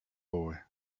boy